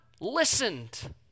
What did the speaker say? listened